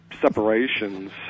separations